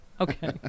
Okay